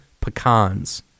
pecans